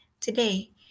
Today